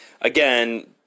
again